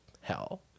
hell